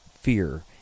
fear